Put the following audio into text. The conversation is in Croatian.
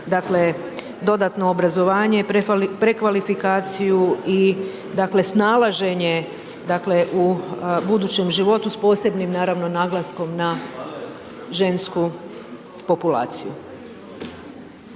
dodatno obrazovanje, prekvalifikaciju i dakle snalaženje dakle u budućem životu s posebnim naravno naglaskom na žensku populaciju.